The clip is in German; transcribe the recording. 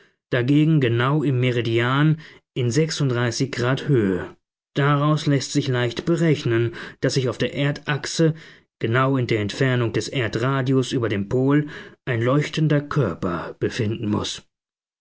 dagegen genau im meridian in grad höhe daraus läßt sich leicht berechnen daß sich auf der erdachse genau in der entfernung des erdradius über dem pol ein leuchtender körper befinden muß